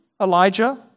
Elijah